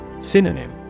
Synonym